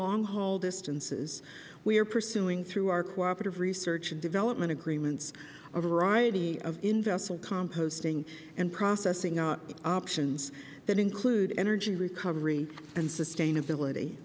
long haul distances we are pursuing through our cooperative research and development agreements a variety of in vessel composting and processing options that include energy recovery and sustainability